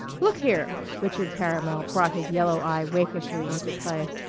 look here! richard caramel brought his yellow eye rakishly into play.